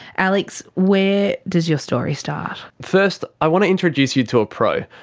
alex, where does your story start? first, i want to introduce you to a pro.